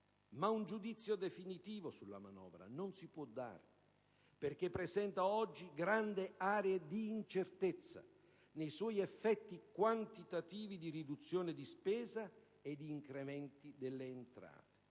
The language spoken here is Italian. Ma un giudizio definitivo sulla manovra non si può dare, perché essa presenta oggi grandi aree di incertezza nei suoi effetti quantitativi di riduzione di spese e incrementi di entrate,